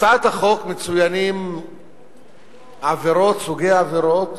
בהצעת החוק מצוינים סוגי עבירות